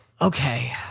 okay